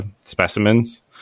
Specimens